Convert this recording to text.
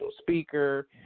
speaker